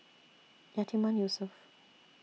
Yatiman Yusof